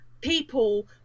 people